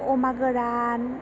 अमा गोरान